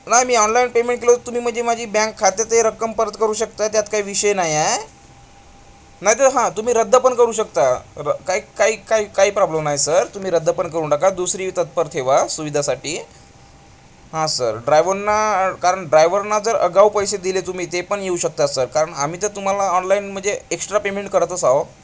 नाही मी online payment केलं तुम्ही म्हणजे माझी बँक खात्यात ते रक्कम परत करू शकता त्यात काही विषय नाही आहे नाही तर हां तुम्ही रद्द पण करू शकता र काय काही काय काही प्रॉब्लेम नाही सर तुम्ही रद्द पण करू टाका दुसरी तत्पर ठेवा सुविधेसाठी हां सर ड्रायवना कारण ड्रायवरना जर आगाऊ पैसे दिले तुम्ही ते पण येऊ शकता सर कारण आम्ही तर तुम्हाला ऑनलाईन म्हणजे एक्स्ट्रा पेमेंट करतच आहोत